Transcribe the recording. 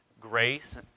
grace